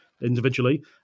individually